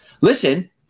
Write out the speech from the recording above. Listen